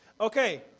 Okay